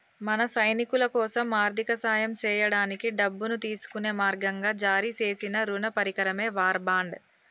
మన సైనికులకోసం ఆర్థిక సాయం సేయడానికి డబ్బును తీసుకునే మార్గంగా జారీ సేసిన రుణ పరికరమే వార్ బాండ్